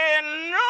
no